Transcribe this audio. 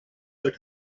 her